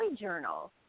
journal